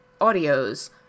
audios